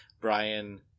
Brian